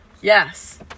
Yes